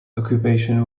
occupation